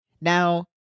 Now